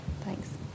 Thanks